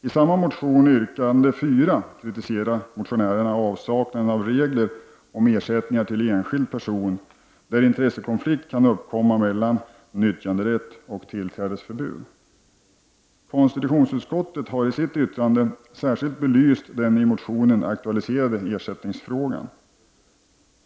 I samma motion kritiserar motionärerna avsaknaden av regler om ersättningar till enskild person där intressekonflikt kan uppkomma mellan nyttjanderätt och tillträdesförbud. Konstitutionsutskottet har i sitt yttrande särskilt belyst den i motionen aktualiserade ersättningsfrågan.